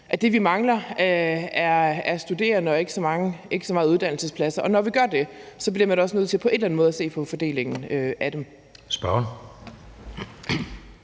i. Det, vi mangler, er studerende; det er ikke så meget uddannelsespladser. Og når vi gør det, bliver man også nødt til på en eller anden måde at se på fordelingen af dem.